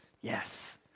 Yes